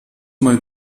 mal